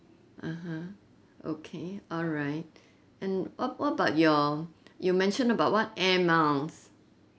(uh huh) okay alright and what what about your you mentioned about what air miles